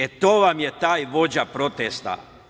E to vam je taj vođa protesta.